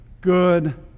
good